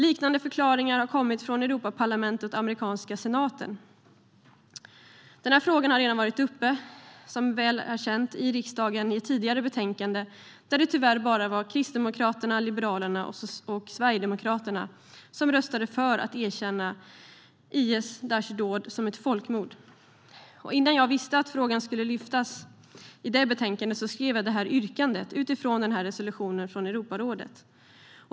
Liknande förklaringar har kommit från Europaparlamentet och den amerikanska senaten. Frågan har, vilket är väl känt, redan varit uppe i riksdagen i ett tidigare betänkande, då det tyvärr bara var Kristdemokraterna, Liberalerna och Sverigedemokraterna som röstade för att erkänna IS/Daishs dåd som ett folkmord. Innan jag visste att frågan skulle lyftas i det betänkandet skrev jag yrkandet utifrån resolutionen från Europarådet.